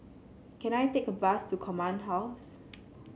can I take a bus to Command House